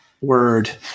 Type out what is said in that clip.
word